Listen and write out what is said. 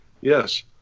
Yes